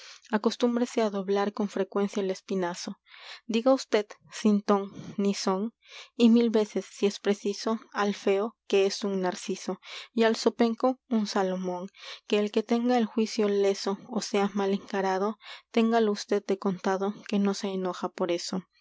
acostúmbrese á doblar con frecuencia el espinazo son diga usted sin ton ni cp o y mil veces si es preciso narciso al feo que es un y al zopenco un salomón el que tenga el juicio leso mal encarado que ó sea téngalo usted de contado que no se al torpe sus enoja por eso